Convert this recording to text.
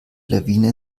lawine